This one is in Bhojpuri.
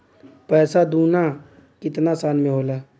पैसा दूना कितना साल मे होला?